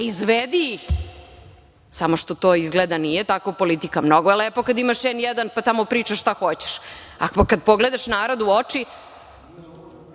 Izvedi ih! Samo što to izgleda nije tako politika. Mnogo je lepo kad imaš N1, pa tamo pričaš šta hoćeš. Kada pogledaš narod u oči,